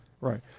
Right